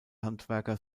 handwerker